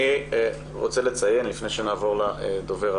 אני רוצה לציין לפני שנעבור לדובר הבא,